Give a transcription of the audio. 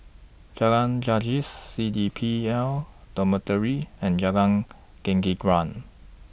Jalan Gajus C D P L Dormitory and Jalan Gelenggang